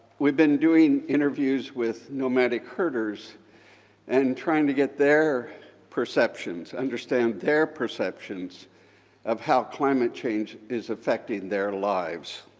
we've been doing interviews with nomadic herders and trying to get their perceptions, understand their perceptions of how climate change is affecting their lives.